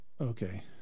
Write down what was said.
Okay